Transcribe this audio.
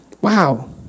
Wow